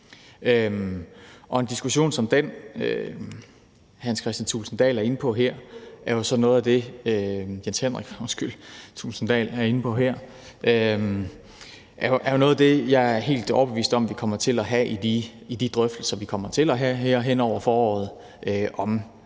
En diskussion som den, hr. Jens Henrik Thulesen Dahl er inde på her, er jo noget af det, jeg er helt overbevist om at vi kommer til at diskutere i de drøftelser, vi kommer til at have hen over foråret om